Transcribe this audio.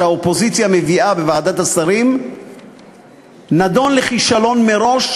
שהאופוזיציה מביאה בוועדת השרים נידון לכישלון מראש,